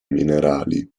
minerali